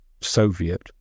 Soviet